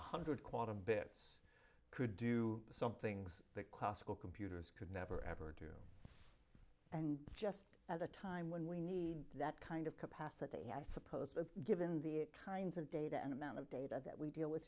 hundred quantum bits could do some things that classical computers could never ever do and just at a time when we need that kind of capacity i suppose given the kinds of data and amount of data that we deal with